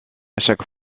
chaque